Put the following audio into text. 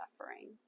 suffering